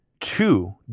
Two